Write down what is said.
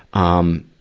um,